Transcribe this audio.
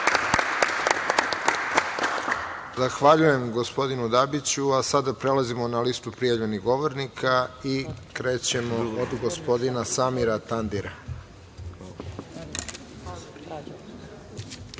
Zahvaljujem gospodinu Dabiću. Sada prelazimo na listu prijavljenih govornika. Reč ima gospodin Samir Tandir.